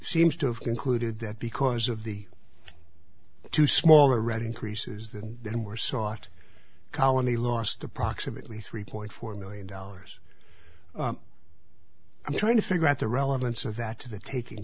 seems to have concluded that because of the two small red increases that then were sought colony lost approximately three point four million dollars i'm trying to figure out the relevance of that to the taking